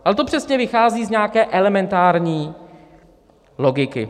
Ale to přesně vychází z nějaké elementární logiky.